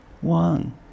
one